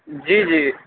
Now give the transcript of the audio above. جی جی